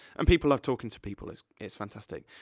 and people love talking to people, it's it's fantastic.